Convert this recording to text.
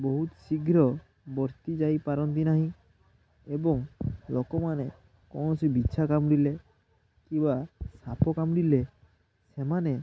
ବହୁତ ଶୀଘ୍ର ବର୍ତ୍ତିଯାଇପାରନ୍ତି ନାହିଁ ଏବଂ ଲୋକମାନେ କୌଣସି ବିଛା କାମୁଡ଼ିଲେ କିବା ସାପ କାମୁଡ଼ିଲେ ସେମାନେ